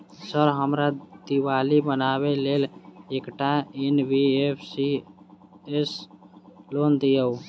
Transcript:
Sir हमरा दिवाली मनावे लेल एकटा एन.बी.एफ.सी सऽ लोन दिअउ?